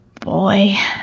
boy